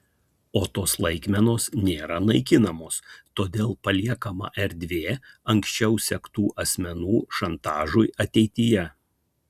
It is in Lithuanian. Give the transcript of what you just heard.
o tos laikmenos nėra naikinamos todėl paliekama erdvė anksčiau sektų asmenų šantažui ateityje